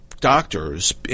doctors